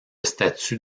statut